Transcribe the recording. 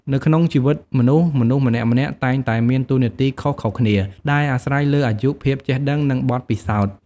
នៅក្នុងជីវិតមនុស្ស មនុស្សម្នាក់ៗតែងតែមានតួនាទីខុសៗគ្នាដែលអាស្រ័យលើអាយុ ភាពចេះដឹង និងបទពិសោធន៍។